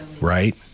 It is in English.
Right